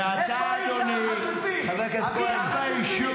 ועתה, אדוני --- חבר הכנסת כהן.